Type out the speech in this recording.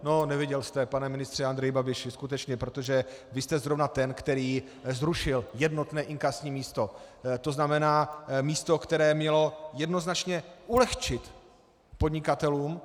No, neviděl jste, pane ministře Andreji Babiši, skutečně, protože vy jste zrovna ten, který zrušil jednotné inkasní místo, tzn. místo, které mělo jednoznačně ulehčit podnikatelům.